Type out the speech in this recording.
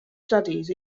studies